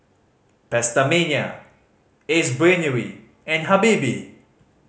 PastaMania Ace Brainery and Habibie